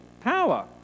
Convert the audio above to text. power